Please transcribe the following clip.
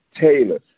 Taylor